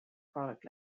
product